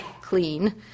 clean